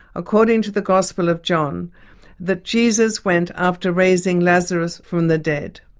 according to the gospel of john that jesus went after raising lazarus from the dead.